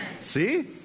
See